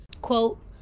Quote